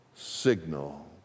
signal